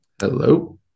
Hello